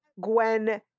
Gwen